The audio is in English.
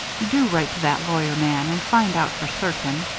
do write to that lawyer man and find out for certain.